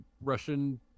Russian